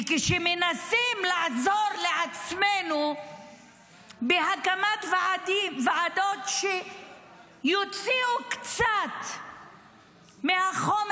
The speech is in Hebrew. וכשמנסים לעזור לעצמנו בהקמת ועדות שיוציאו קצת מחומר